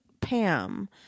Pam